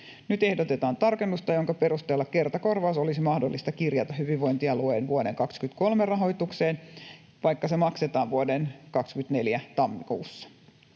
Nyt ehdotetaan tarkennusta, jonka perusteella kertakorvaus olisi mahdollista kirjata hyvinvointialueen vuoden 23 rahoitukseen, vaikka se maksetaan vuoden 24 tammikuussa.